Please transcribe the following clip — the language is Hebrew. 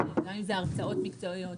גם אם זה הרצאות מקצועיות,